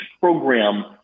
program